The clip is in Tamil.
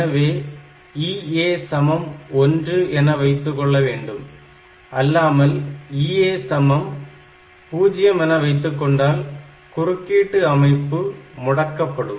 எனவே EA1 என வைத்துக்கொள்ளவேண்டும் அல்லாமல் EA0 என வைத்துக்கொண்டால் குறுக்கீட்டு அமைப்பு முடக்கப்படும்